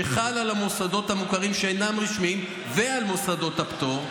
שחל על המוסדות המוכרים שאינם רשמיים ועל מוסדות הפטור,